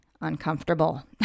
uncomfortable